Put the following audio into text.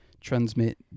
transmit